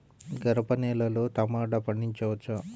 గరపనేలలో టమాటా పండించవచ్చా?